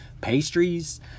pastries